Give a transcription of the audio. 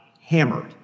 hammered